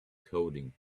coding